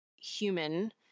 human